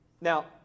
now